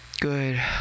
Good